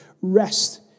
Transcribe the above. rest